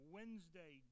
Wednesday